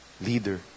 Leader